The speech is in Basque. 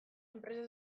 enpresa